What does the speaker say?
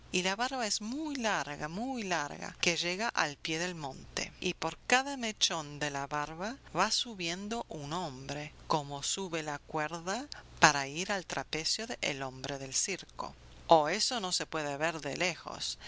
y la barba es muy larga muy larga que llega al pie del monte y por cada mechón de la barba va subiendo un hombre como sube la cuerda para ir al trapecio el hombre del circo oh eso no se puede ver de lejos